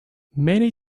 many